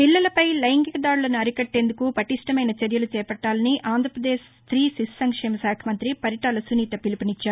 పిల్లలపై లైంగిక దాదులను అరికట్టేందుకు పటిష్టమైన చర్యలు చేపట్టాలని ఆంధ్రాపదేశ్ స్తీ శిశుసంక్షేమ శాఖా మంగ్రితి పరిటాల సునీత పిలుపునిచ్చారు